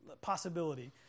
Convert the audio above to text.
possibility